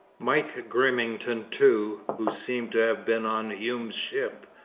mike grimmington too, who seems to have been on hume's ship,